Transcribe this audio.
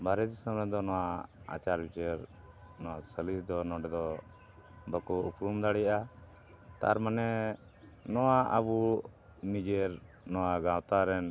ᱵᱟᱦᱨᱮ ᱫᱤᱥᱚᱢ ᱨᱮᱫᱚ ᱱᱚᱣᱟ ᱟᱪᱟᱨ ᱵᱤᱪᱟᱹᱨ ᱱᱚᱣᱟ ᱥᱟᱞᱤᱥ ᱫᱚ ᱱᱚᱰᱮ ᱫᱚ ᱵᱟᱠᱚ ᱩᱯᱨᱩᱢ ᱫᱟᱲᱮᱭᱟᱜᱼᱟ ᱛᱟᱨ ᱢᱟᱱᱮ ᱱᱚᱣᱟ ᱟᱵᱚ ᱱᱤᱡᱮᱨ ᱱᱚᱣᱟ ᱜᱟᱶᱛᱟ ᱨᱮᱱ